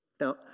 Now